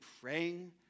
praying